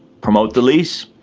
promote the lease.